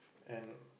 and